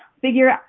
figure